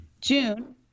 June